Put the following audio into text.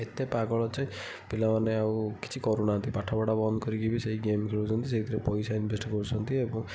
ଏତେ ପାଗଳ ଯେ ପିଲାମାନେ ଆଉ କିଛି କରୁନାହାଁନ୍ତି ପାଠପଢ଼ା ବନ୍ଦ କରିକି ବି ସେଇ ଗେମ୍ ଖେଳୁଛନ୍ତି ସେଇଥିରେ ପଇସା ଇନଭେଷ୍ଟ କରୁଛନ୍ତି ଏବଂ